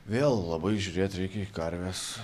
vėl labai žiūrėt reikia į karves